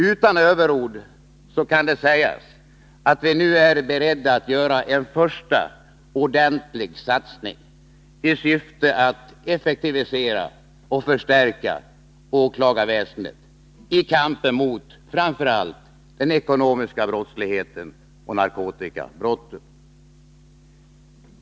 Utan överord kan det sägas att vi nu är beredda att göra en första ordentlig satsning i syfte att effektivisera och förstärka åklagarväsendet i kampen mot framför allt den ekonomiska brottsligheten och narkotikabrotten.